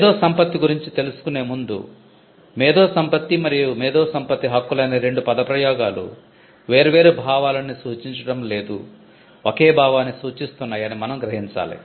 మేధోసంపత్తి గురించి తెలుసుకునే ముందు మేధోసంపత్తి అనే రెండు పద ప్రయోగాలు వేర్వేరు భావాలని సూచించడం లేదు ఒకే భావాన్ని సూచిస్తున్నాయి అని మనం గ్రహించాలి